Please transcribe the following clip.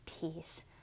peace